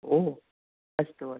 ओह् अस्तु अस्तु